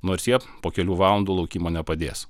nors jie po kelių valandų laukimo nepadės